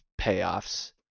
payoffs